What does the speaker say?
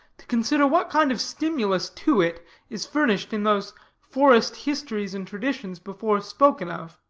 to consider what kind of stimulus to it is furnished in those forest histories and traditions before spoken of.